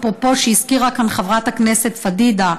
אפרופו מה שהזכירה כאן חברת הכנסת פדידה,